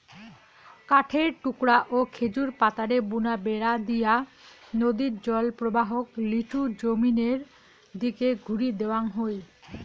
কাঠের টুকরা ও খেজুর পাতারে বুনা বেড়া দিয়া নদীর জলপ্রবাহক লিচু জমিনের দিকি ঘুরি দেওয়াং হই